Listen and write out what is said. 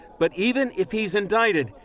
but even if he is indicted,